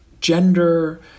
gender